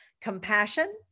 compassion